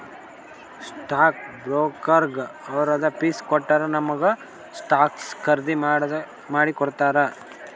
stock ಬ್ರೋಕರ್ಗ ಅವ್ರದ್ fees ಕೊಟ್ಟೂರ್ ನಮುಗ ಸ್ಟಾಕ್ಸ್ ಖರ್ದಿ ಮಾಡಿ ಕೊಡ್ತಾರ್